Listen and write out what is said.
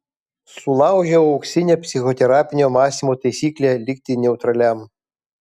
sulaužiau auksinę psichoterapinio mąstymo taisyklę likti neutraliam